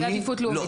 זה עדיפות לאומית.